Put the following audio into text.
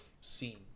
seen